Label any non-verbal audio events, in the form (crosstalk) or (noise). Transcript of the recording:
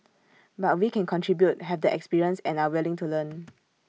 but we can contribute have the experience and are willing to learn (noise)